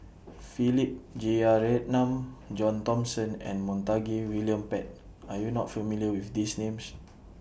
Philip Jeyaretnam John Thomson and Montague William Pett Are YOU not familiar with These Names